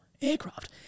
aircraft